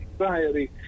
anxiety